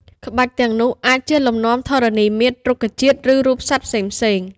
ក្បាច់ទាំងនោះអាចជា លំនាំធរណីមាត្រ រុក្ខជាតិ ឬរូបសត្វផ្សេងៗ។